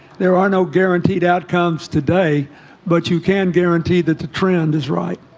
there are no guaranteed outcomes today but you can guarantee that the trend is right?